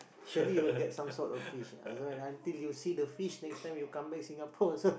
surely you will get some sort of fish ah that's why until you see the fish next time you come back Singapore also